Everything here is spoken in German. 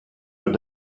wird